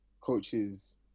coaches